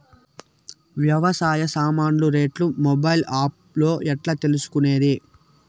వ్యవసాయ సామాన్లు రేట్లు మొబైల్ ఆప్ లో ఎట్లా తెలుసుకునేది?